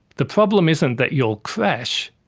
the problem isn't that you'll crash,